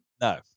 No